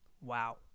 Wow